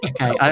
Okay